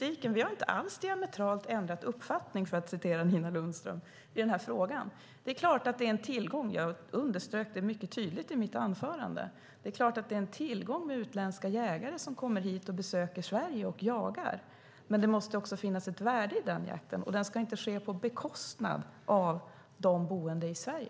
Vi har i den här frågan inte alls diametralt ändrat uppfattning, för att citera Nina Lundström. Det är klart att det är en tillgång. Jag underströk det mycket tydligt i mitt anförande. Det är klart att det är en tillgång med utländska jägare som kommer hit och besöker Sverige och jagar. Men det måste också finnas ett värde i den jakten, och den ska inte ske på bekostnad av de boende i Sverige.